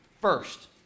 first